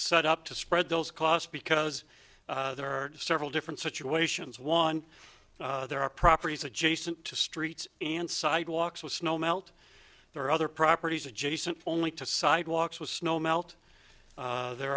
set up to spread those costs because there are several different situations one there are properties adjacent to streets and sidewalks with snow melt or other properties adjacent only to sidewalks with snow melt there